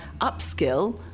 upskill